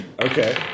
Okay